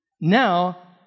Now